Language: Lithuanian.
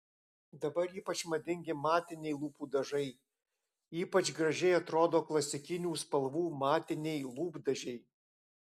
dabar ypač madingi matiniai lūpų dažai ypač gražiai atrodo klasikinių spalvų matiniai lūpdažiai